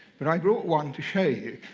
but i brought one to show you.